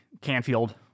Canfield